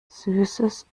süßes